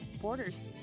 borders